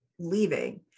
Leaving